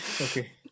Okay